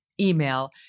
Email